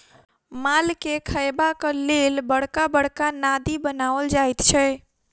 मालके खयबाक लेल बड़का बड़का नादि बनाओल जाइत छै